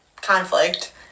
conflict